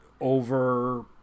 over